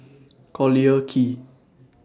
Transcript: Collyer Quay